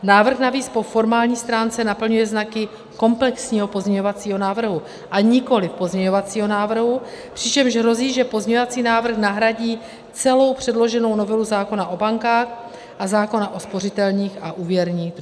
Návrh navíc po formální stránce naplňuje znaky komplexního pozměňovacího návrhu, nikoliv pozměňovacího návrhu, přičemž hrozí, že pozměňovací návrh nahradí celou předloženou novelu zákona o bankách a zákona o spořitelních a úvěrních družstvech.